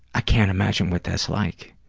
i can't imagine what that's like.